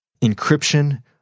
Encryption